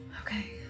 Okay